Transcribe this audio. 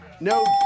No